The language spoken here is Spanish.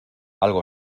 algo